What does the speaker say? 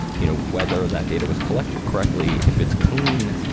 you know whether that data was collected correctly, if it's clean,